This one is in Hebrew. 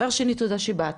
תודה שהגעת אלינו